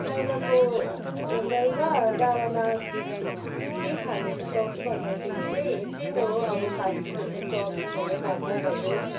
बाहिरको होटल र ढाबामा के खान रुचाउँछु भन्दाखेरि चाहिँ त्यही त हो अब फास्ट फुडहरू चाउमिन भयो मोमो भयो